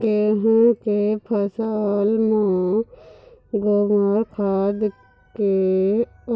गेहूं के फसल म ग्रोमर खाद के